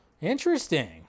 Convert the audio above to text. interesting